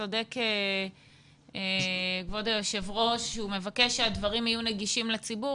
צודק כבוד היושב ראש שהוא מבקש שהדברים יהיו נגישים לציבור